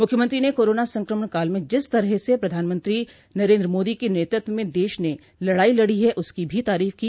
मुख्यमंत्री ने कोरोना संक्रमण काल में जिस तरह से प्रधानमंत्री नरेन्द्र मोदी के नेतृत्व में देश ने लड़ाई लड़ी है उसकी भी तारीफ की